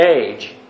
age